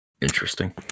interesting